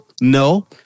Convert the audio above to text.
No